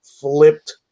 flipped